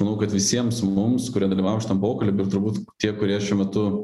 manau kad visiems mums kurie dalyvavo pokalbyje turbūt tie kurie šiuo metu